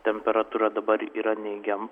temperatūra dabar yra neigiam